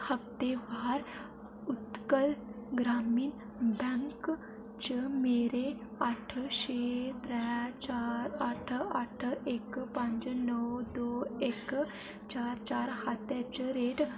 हफ्तेवार Utkal Grameen bank च मेरे अट्ठ छे त्रैऽ चार अट्ठ अट्ठ इक पंज नौ दो इक चार चार खाते च रेट